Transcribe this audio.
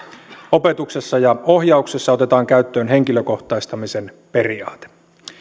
opetuksessa ja ohjauksessa otetaan käyttöön henkilökohtaistamisen periaate